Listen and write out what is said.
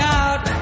out